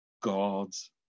God's